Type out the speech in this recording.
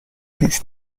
his